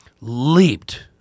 leaped